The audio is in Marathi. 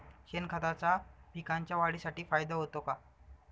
शेणखताचा पिकांच्या वाढीसाठी फायदा होतो का?